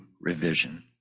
revision